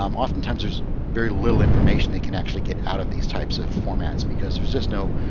um oftentimes, there's very little information they can actually get out of these types of formats because there's just no